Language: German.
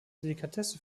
delikatesse